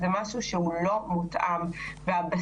זה משהו שהוא לא מותאם בבסיס.